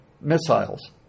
missiles